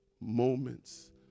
moments